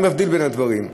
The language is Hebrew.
אני מבדיל בין הדברים.